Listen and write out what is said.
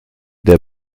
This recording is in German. der